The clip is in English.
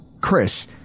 Chris